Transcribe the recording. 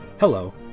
Hello